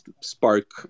spark